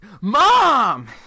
mom